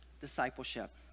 Discipleship